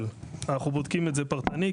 אבל אנחנו בודקים את זה פרטני,